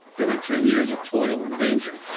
during ten years of toil and danger,